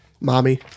Mommy